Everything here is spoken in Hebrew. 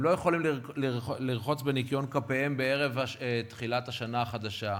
הם לא יכולים לרחוץ בניקיון כפיהם ערב השנה החדשה,